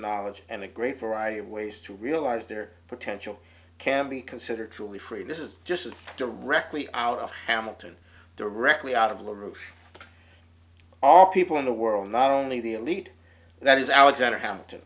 knowledge and a great variety of ways to realize their potential can be considered truly free this is just directly out of hamilton directly out of la rouche all people in the world not only the elite that is alexander hamilton